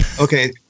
Okay